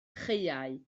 chaeau